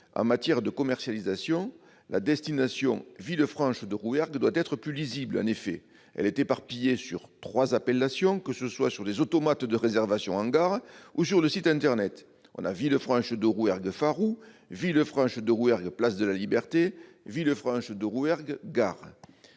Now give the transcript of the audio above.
en matière de commercialisation, la destination « Villefranche-de-Rouergue » doit être plus lisible. En effet, elle est éparpillée sur trois appellations, que ce soit sur les automates de réservation en gare ou sur le site internet :« Villefranche-de-Rouergue-Farrou »;« Villefranche-de-Rouergue-Place de la Liberté »;« Villefranche-de-Rouergue-Gare